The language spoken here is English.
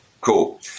Cool